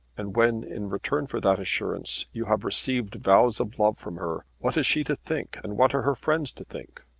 and when in return for that assurance you have received vows of love from her what is she to think, and what are her friends to think?